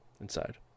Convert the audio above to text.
inside